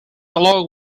along